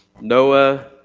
Noah